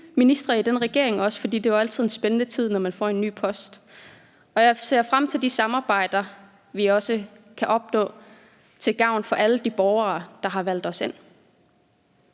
nye ministre i den her regering, for det er jo altid en spændende tid, når man får en ny post, og jeg ser også frem til de samarbejder om ting, vi kan opnå til gavn for alle de borgere, der har valgt os ind.